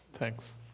Thanks